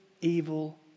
evil